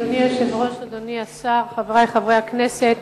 אדוני היושב-ראש, אדוני השר, חברי חברי הכנסת,